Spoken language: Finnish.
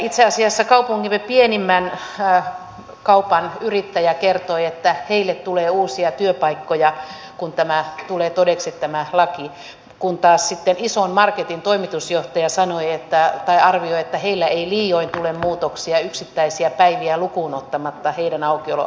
itse asiassa kaupunkimme pienimmän kaupan yrittäjä kertoi että heille tulee uusia työpaikkoja kun tämä laki tulee todeksi kun taas sitten ison marketin toimitusjohtaja arvioi että heillä aukioloaikoihin ei liioin tule muutoksia yksittäisiä päiviä lukuun ottamatta